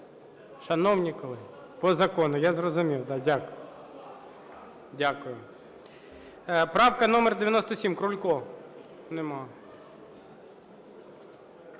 Шановні колеги! По закону, я зрозумів. Да, дякую. Дякую. Правка номер 97, Крулько. Нема.